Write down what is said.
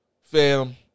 Fam